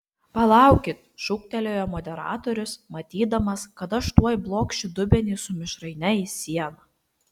palaukit šūktelėjo moderatorius matydamas kad aš tuoj blokšiu dubenį su mišraine į sieną